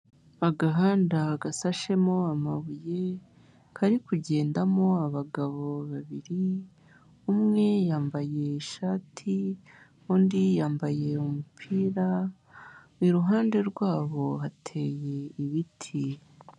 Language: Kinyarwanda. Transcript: Agahanda gasashemo amabuye kari kugendamo abagabo babiri, umwe yambaye ishati undi yambaye umupira, iruhande rwabo hateye ibiti.